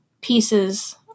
pieces